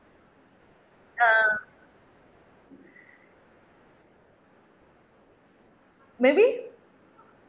uh maybe